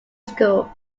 school